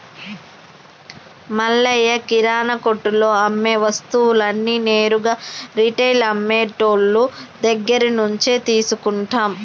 మల్లయ్య కిరానా కొట్టులో అమ్మే వస్తువులన్నీ నేరుగా రిటైల్ అమ్మె టోళ్ళు దగ్గరినుంచే తీసుకుంటాం